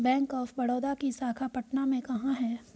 Bank of Baroda की शाखा पटना में कहाँ है?